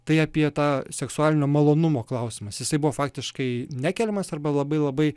tai apie tą seksualinio malonumo klausimas jisai buvo faktiškai nekeliamas arba labai labai